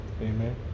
Amen